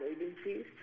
agencies